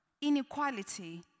inequality